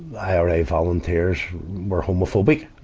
ira volunteers were homophobic.